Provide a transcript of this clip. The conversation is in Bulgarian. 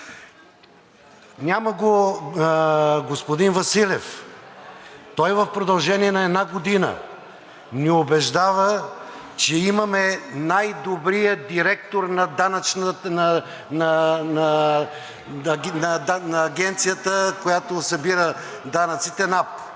Няма го господин Василев. Той в продължение на една година ни убеждава, че имаме най-добрия директор на Агенцията, която събира данъците – НАП.